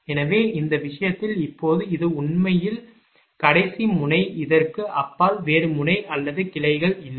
எனவே இந்த விஷயத்தில் இப்போது இது உண்மையில் கடைசி முனை இதற்கு அப்பால் வேறு முனை அல்லது கிளைகள் இல்லை